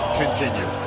continue